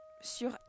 sur